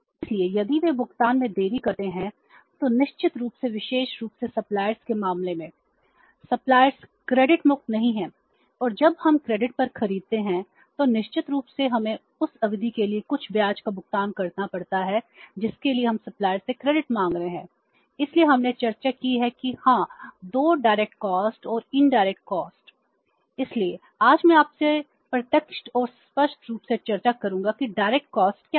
इसलिए यदि वे भुगतान में देरी करते हैं तो निश्चित रूप से विशेष रूप से सप्लायर्स क्या है